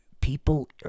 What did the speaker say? people